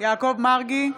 יעקב מרגי,